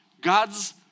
God's